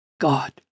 God